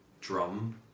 drum